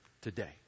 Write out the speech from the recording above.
today